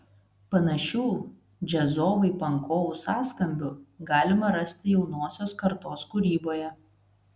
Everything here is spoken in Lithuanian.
panašių džiazovai pankovų sąskambių galima rasti jaunosios kartos kūryboje